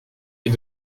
est